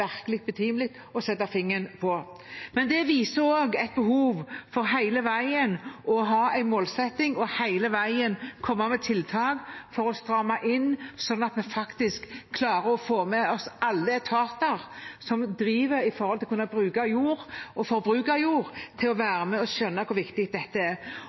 viser også et behov for hele veien å ha en målsetting og hele veien komme med tiltak for å stramme inn, sånn at vi faktisk klarer å få med oss alle etater som driver med å kunne bruke jord og forbruke jord, på å være med og skjønne hvor viktig det er.